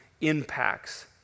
impacts